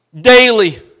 daily